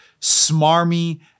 smarmy